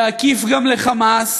בעקיפין גם ל"חמאס",